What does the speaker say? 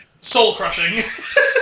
soul-crushing